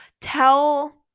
tell